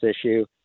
issue